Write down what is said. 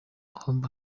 bombe